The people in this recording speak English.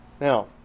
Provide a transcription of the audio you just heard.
Now